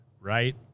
right